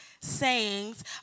sayings